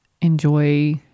enjoy